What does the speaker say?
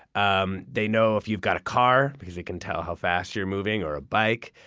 um they know if you've got a car because they can tell how fast you're moving, or a bike.